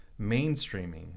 mainstreaming